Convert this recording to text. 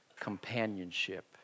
companionship